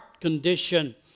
condition